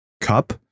cup